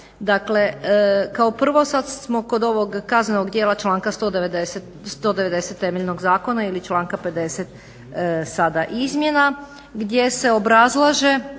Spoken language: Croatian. dakle, kao prvo sad smo kod ovog Kaznenog djela članka 190. temeljnog zakona ili članka 50. sada izmjena gdje se obrazlaže